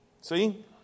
See